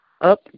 up